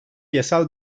yasal